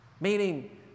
Meaning